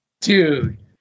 dude